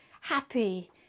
happy